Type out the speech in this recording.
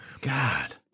God